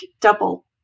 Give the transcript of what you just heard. double